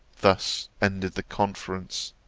thus ended the conference.